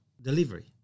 Delivery